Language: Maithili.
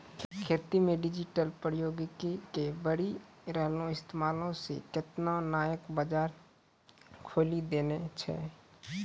खेती मे डिजिटल प्रौद्योगिकी के बढ़ि रहलो इस्तेमालो से केतना नयका बजार खोलि देने छै